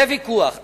זה ויכוח,